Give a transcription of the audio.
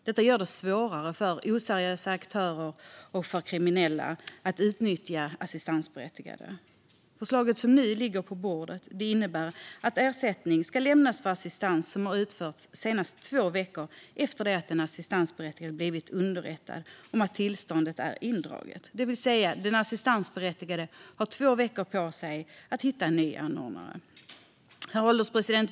Detta gör det svårare för oseriösa aktörer och kriminella att utnyttja assistansberättigade. Förslaget som nu ligger på bordet innebär att ersättning ska lämnas för assistans som har utförts senast två veckor efter att den assistansberättigade blivit underrättad om att tillståndet är indraget. Den assistansberättigade har alltså två veckor på sig att hitta en ny anordnare. Herr ålderspresident!